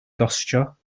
gostio